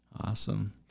Awesome